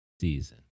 season